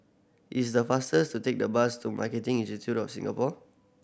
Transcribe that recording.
it's the faster to take the bus to Marketing Institute of Singapore